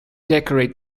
decorate